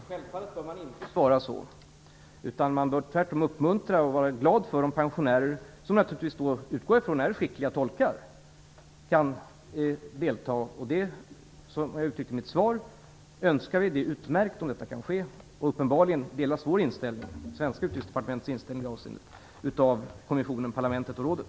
Herr talman! Självfallet bör man inte svara så. Man bör tvärtom uppmuntra och vara glad för att pensionärer som, det utgår jag från, är skickliga tolkar kan delta. Det har jag uttryckt i mitt svar. Det önskar vi, det är utmärkt om detta kan ske. Uppenbarligen delas det svenska Utrikesdepartementets inställning i det avseendet av kommissionen, parlamentet och rådet.